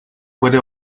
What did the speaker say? puede